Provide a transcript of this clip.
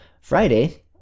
Friday